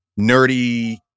nerdy